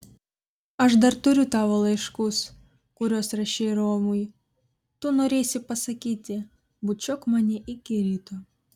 aš dar turiu tavo laiškus kuriuos rašei romui tu norėsi pasakyti bučiuok mane iki ryto